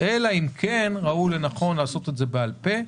אלא אם כן ראו לנכון לעשות את זה בעל פה,